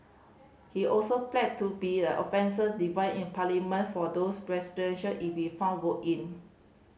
he also pledged to be an offence device in Parliament for those residential if he found voted in